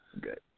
Good